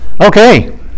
Okay